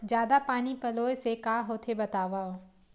जादा पानी पलोय से का होथे बतावव?